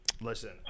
Listen